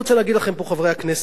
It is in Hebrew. אין לי דבר נגד חרדים,